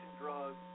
Drugs